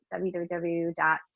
www